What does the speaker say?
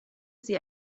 sie